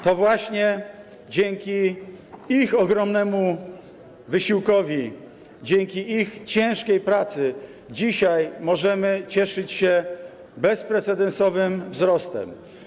To właśnie dzięki ich ogromnemu wysiłkowi, dzięki ich ciężkiej pracy dzisiaj możemy cieszyć się bezprecedensowym wzrostem.